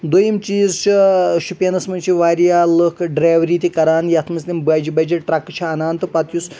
دوٚیِم چیٖز چھ شُپینس منٛز چھ واریاہ لُکھ ڈریؤری تہِ کران یتھ منٛز تِم بجہِ بجہِ ٹرٛکہٕ چھ اَنان تہٕ پتہٕ یُس